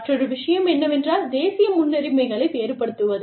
மற்றொரு விஷயம் என்னவென்றால் தேசிய முன்னுரிமைகளை வேறுபடுத்துவது